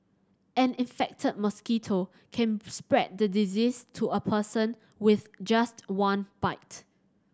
an infected mosquito can spread the disease to a person with just one bite